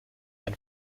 ein